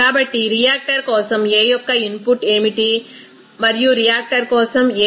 కాబట్టి రియాక్టర్ కోసం A యొక్క ఇన్పుట్ ఏమిటి మరియు రియాక్టర్ కోసం A